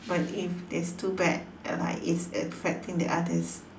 but if there's too bad like it's affecting the others